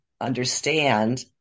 understand